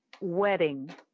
wedding